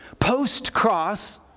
post-cross